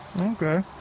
Okay